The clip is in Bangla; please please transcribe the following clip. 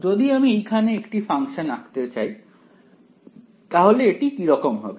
যদি আমি এইখানে এই ফাংশান আঁকতে চাই তাহলে এটি কি রকম হবে